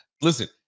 Listen